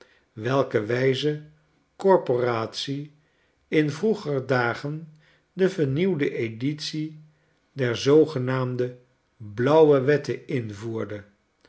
welke wijze corporate in vroeger dagen de vernieuwde editie der zoogenaamde blauwe wetten invoerde